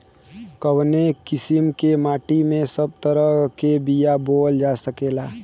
कवने किसीम के माटी में सब तरह के बिया बोवल जा सकेला?